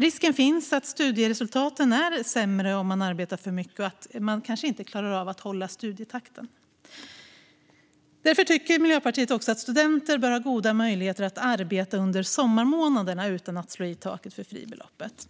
Risken finns att studieresultaten blir sämre om den studerande arbetar för mycket och inte klarar av att hålla studietakten. Därför tycker Miljöpartiet att studenter bör ha goda möjligheter att arbeta under sommarmånaderna utan att slå i taket för fribeloppet.